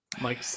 Mike